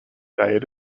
diet